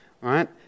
Right